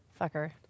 fucker